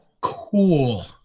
cool